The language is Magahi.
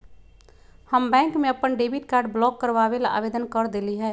हम बैंक में अपन डेबिट कार्ड ब्लॉक करवावे ला आवेदन कर देली है